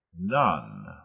none